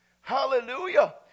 Hallelujah